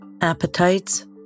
appetites